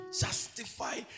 justify